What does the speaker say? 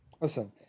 Listen